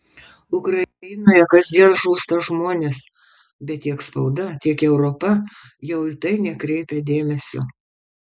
ukrainoje kasdien žūsta žmonės bet tiek spauda tiek europa jau į tai nekreipia dėmesio